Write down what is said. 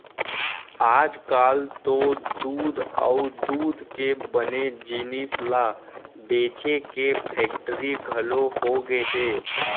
आजकाल तो दूद अउ दूद के बने जिनिस ल बेचे के फेक्टरी घलौ होगे हे